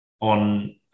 on